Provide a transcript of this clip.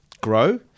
grow